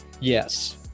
Yes